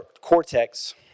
cortex